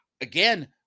Again